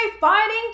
Fighting